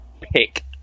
pick